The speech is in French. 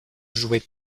jouaient